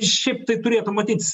šiaip tai turėtų matytis